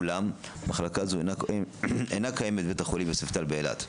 אולם מחלקה זו אינה קיימת בבית החולים יוספטל באילת.